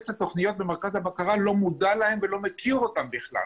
את התוכניות במרכז הבקרה לא מודע להם ולא מכיר אותם בכלל.